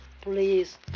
Please